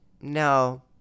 no